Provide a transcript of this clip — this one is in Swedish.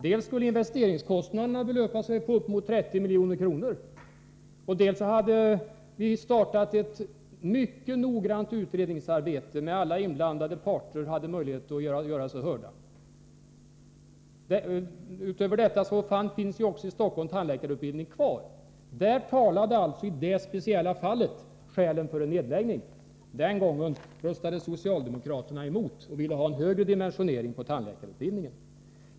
Dels skulle investeringskostnaderna uppgå till ca 30 milj.kr., dels hade vi startat ett mycket noggrant utredningsarbete, där alla inblandade parter hade möjlighet att göra sig hörda. Dessutom fanns i Stockholm tandläkarutbildning kvar. I det speciella fallet talade skälen för en nedläggning. Men den gången röstade socialdemokraterna emot och ville ha en högre dimensionering på tandläkarutbildningen.